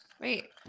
Wait